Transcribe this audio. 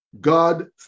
God